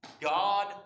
God